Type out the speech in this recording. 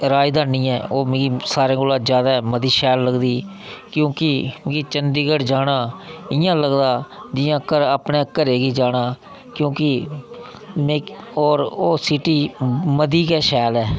राजधानी ऐ ओह् मिगी सारें कोला जैदा मती शैल लगदी क्योंकि मिगी चंडीगढ़ जाना इं'या लगदा जि'यां घर अपने घरै गी जाना क्योंकि मी होर ओह् सिटी मती गै शैल ऐ